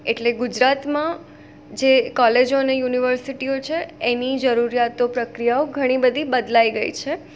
એટલે ગુજરાતમાં જે કોલેજો અને યુનિવર્સિટીઓ છે એની જરૂરિયાતો પ્રક્રિયાઓ ઘણી બધી બદલાઈ ગઈ છે